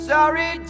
Sorry